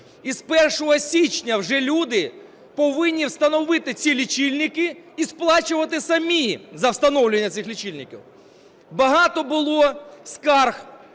з 1 січня вже люди повинні встановити ці лічильники і сплачувати самі за встановлення цих лічильників. Багато було скарг